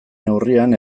neurrian